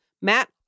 Matt